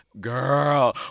girl